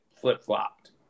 flip-flopped